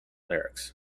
lyrics